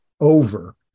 over